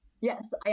Yes